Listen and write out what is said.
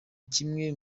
kimwe